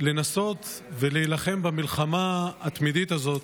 היא לנסות ולהילחם במלחמה התמידית הזאת